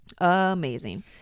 Amazing